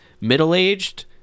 middle-aged